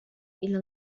إلى